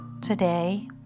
today